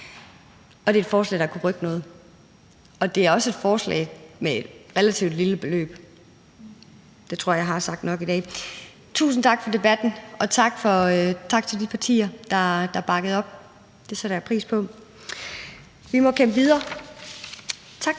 at det er et forslag, der kunne rykke noget. Det er også et forslag med et relativt lille beløb. Det tror jeg jeg har sagt nok i dag. Tusind tak for debatten, og tak til de partier, der bakkede op. Det sætter jeg pris på. Vi må kæmpe videre. Kl.